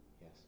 Yes